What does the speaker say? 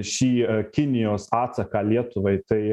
šį kinijos atsaką lietuvai tai